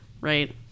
Right